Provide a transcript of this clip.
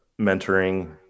mentoring